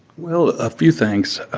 well, a few things.